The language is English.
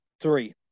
three